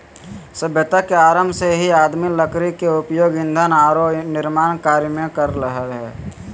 सभ्यता के आरंभ से ही आदमी लकड़ी के उपयोग ईंधन आरो निर्माण कार्य में कर रहले हें